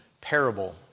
parable